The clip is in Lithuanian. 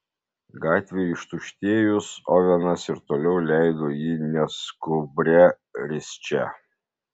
gatvei ištuštėjus ovenas ir toliau leido jį neskubria risčia